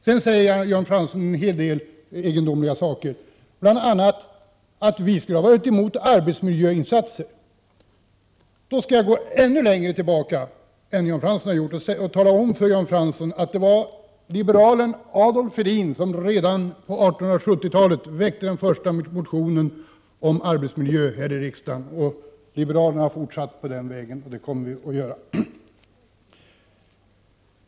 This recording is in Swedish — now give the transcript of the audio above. Sedan säger Jan Fransson en hel del egendomliga saker, t.ex. att vi skulle ha varit emot arbetsmiljöinsatser. Då skall jag gå ännu längre tillbaka än Jan Fransson har gjort. Jag vill tala om för Jan Fransson att det var liberalen Adolf Hedin som redan på 1870-talet väckte den första motionen om arbetsmiljö här i riksdagen. Liberalerna har fortsatt på den vägen, och det kommer vi också att göra.